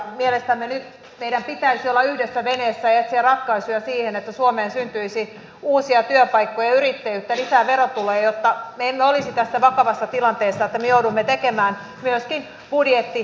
mielestämme nyt meidän pitäisi olla yhdessä veneessä ja etsiä ratkaisuja siihen että suomeen syntyisi uusia työpaikkoja ja yrittäjyyttä lisää verotuloja jotta me emme olisi tässä vakavassa tilanteessa että me joudumme tekemään myöskin budjettileikkauksia